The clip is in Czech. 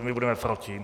My budeme proti.